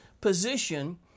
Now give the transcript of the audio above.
position